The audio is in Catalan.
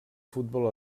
futbol